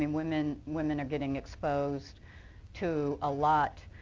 and women women are getting exposed to a lot.